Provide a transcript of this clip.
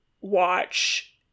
watch